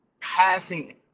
Passing